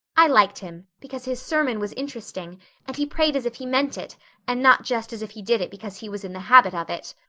i liked him because his sermon was interesting and he prayed as if he meant it and not just as if he did it because he was in the habit of it.